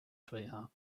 sweetheart